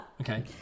Okay